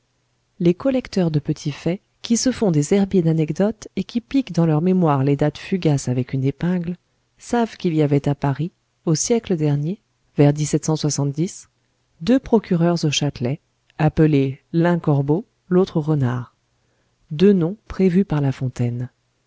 les collecteurs de petits faits qui se font des herbiers d'anecdotes et qui piquent dans leur mémoire les dates fugaces avec une épingle savent qu'il y avait à paris au siècle dernier vers deux procureurs au châtelet appelés l'un corbeau l'autre renard deux noms prévus par la fontaine